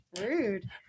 rude